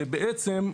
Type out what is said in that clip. ובעצם,